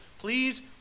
Please